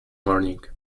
morning